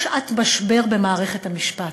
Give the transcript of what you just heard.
זו שעת משבר במערכת המשפט.